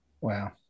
Wow